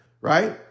right